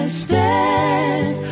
stand